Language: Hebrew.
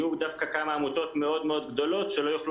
יהיו כמה עמותות גדולות מאוד שלא יוכלו